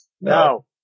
No